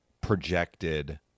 projected